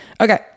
Okay